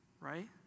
Right